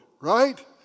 right